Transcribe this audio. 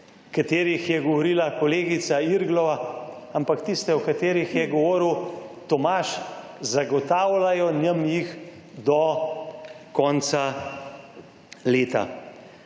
o katerih je govorila kolegica Irglova, ampak tiste, o katerih je govoril Tomaž, zagotavljajo nam jih do konca leta.